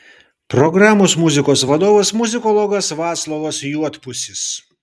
programos muzikos vadovas muzikologas vaclovas juodpusis